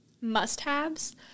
must-haves